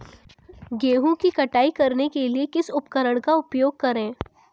गेहूँ की कटाई करने के लिए किस उपकरण का उपयोग करें?